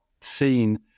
seen